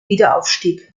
wiederaufstieg